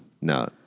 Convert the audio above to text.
No